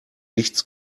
nichts